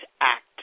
Act